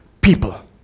people